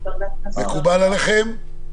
מקובל עליכם?